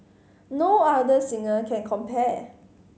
no other singer can compare